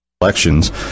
Elections